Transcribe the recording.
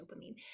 dopamine